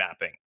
mapping